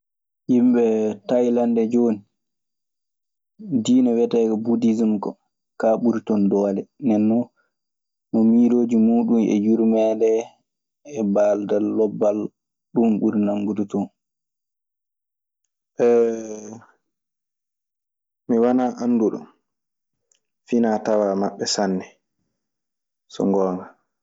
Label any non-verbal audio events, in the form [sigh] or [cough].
Yimɓe tayilande jooni, diina wiyeteeka budiism ko, kaa ɓuri ton doole. Nden non mo miilooji muuɗun e yurmeende e baaldal lobbal, ɗun ɓuri nanngude ton. [hesitation] mi wana annduɗo finaa tawaa maɓɓe sanne, so ngoonga.